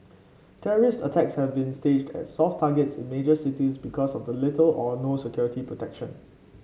terrorist attacks have been staged at soft targets in major cities because of the little or no security protection